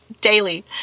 daily